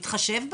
מתחשב בהם.